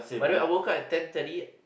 but then I woke up at ten thirty